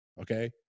Okay